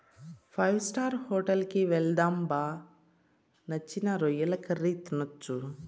five star hotel కి వెళ్దాం బా నచ్చిన రొయ్యల కర్రీ తినొచ్చు